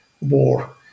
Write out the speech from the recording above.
war